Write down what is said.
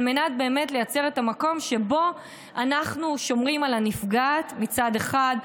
על מנת באמת לייצר את המקום שבו אנחנו שומרים על הנפגעת מצד אחד,